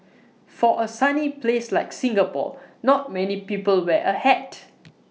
for A sunny place like Singapore not many people wear A hat